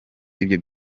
ibyo